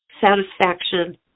satisfaction